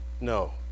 no